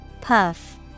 Puff